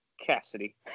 Cassidy